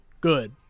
good